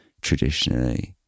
traditionally